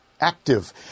Active